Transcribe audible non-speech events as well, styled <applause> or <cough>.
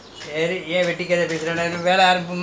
<laughs> நடக்கவே நடக்காது:nadakkavae nadakaathu